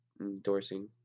endorsing